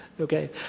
Okay